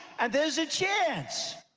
and there's a chance!